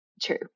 true